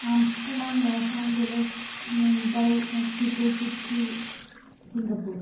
Aster dam Los Angeles Mumbai Mexico City Singapore